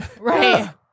right